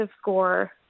score –